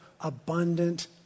abundant